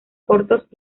cortos